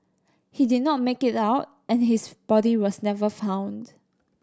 he did not make it out and his body was never found